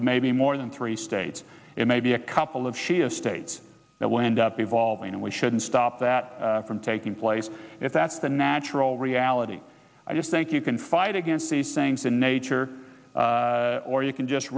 it may be more than three states it may be a couple of shia states that will end up evolving and we shouldn't stop that from taking place if that's the natural reality i just think you can fight against these things in nature or you can just